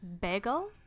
bagel